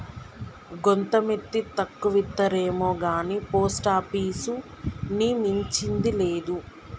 గోంత మిత్తి తక్కువిత్తరేమొగాని పోస్టాపీసుని మించింది లేదు